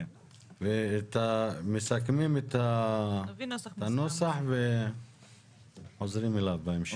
ומסכמים את הנוסח וחוזרים אליו בהמשך.